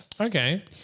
Okay